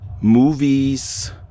movies